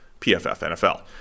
pffnfl